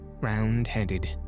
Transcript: round-headed